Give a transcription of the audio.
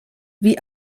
wie